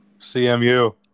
CMU